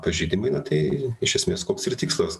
pažeidimai na tai iš esmės koks ir tikslas